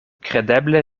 kredeble